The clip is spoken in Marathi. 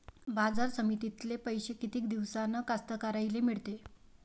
बाजार समितीतले पैशे किती दिवसानं कास्तकाराइले मिळते?